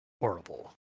horrible